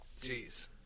Jeez